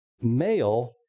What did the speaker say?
male